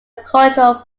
cultural